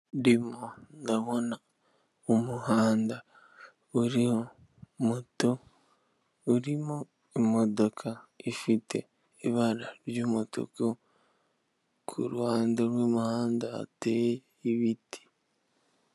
Ndimo ndabona mu muhanda uri muto urimo imodoka ifite ibara ry'umutuku, kuruhande rw'umuhanda hateye ibiti.